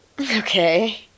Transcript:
okay